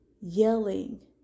yelling